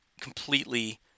completely